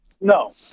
No